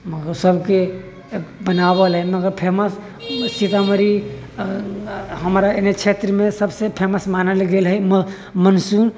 मगर सभके बनाबऽ लए मगर फेमस सीतामढ़ी हमर एन्ने क्षेत्र मे सभसे फेमस मानल गेल है